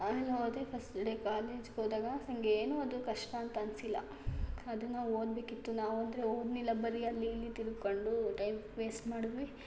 ಅಲ್ಲಿ ಹೋದೆ first day ಕಾಲೇಜ್ಗೆ ಹೋದಾಗ ನನಗೇನೂ ಅದು ಕಷ್ಟ ಅಂತ ಅನಿಸಿಲ್ಲ ಅದನ್ನು ಓದಬೇಕಿತ್ತು ನಾವು ಆದರೆ ಓದ್ಲಿಲ್ಲ ಬರಿ ಅಲ್ಲಿ ಇಲ್ಲಿ ತಿರ್ಕೊಂಡು ಟೈಮ್ ವೇಸ್ಟ್ ಮಾಡಿದ್ವಿ